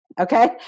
Okay